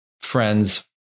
friends